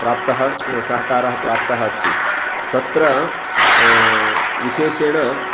प्राप्तः स् सहकारः प्राप्तः अस्ति तत्र विशेषेण